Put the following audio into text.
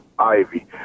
Ivy